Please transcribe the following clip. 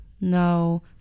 No